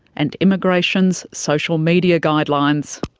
and immigration's social media guidelines.